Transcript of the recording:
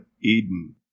Eden